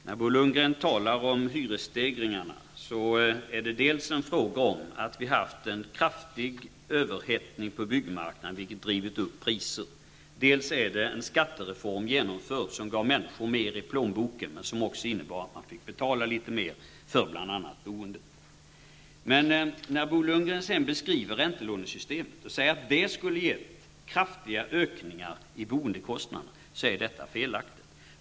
Fru talman! Bo Lundgren talar om hyresstegringarna. Vi har dels haft en kraftig överhettning på byggmarknaden, vilket drivit upp priser, dels har det genomförts en skattereform som gav människor mer i plånboken men som också innebar att de fick betala litet mer för bl.a. boende. När Bo Lundgren beskriver räntelånesystemet och säger att det skulle medfört kraftigt ökade boendekostnader, är detta felaktigt.